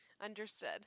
Understood